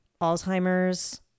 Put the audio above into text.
Alzheimer's